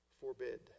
forbid